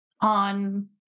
on